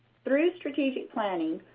through strategic planning,